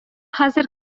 хәзер